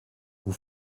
vous